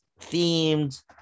themed